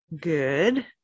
Good